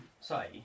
say